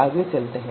आगे चल रहे हैं